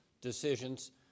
decisions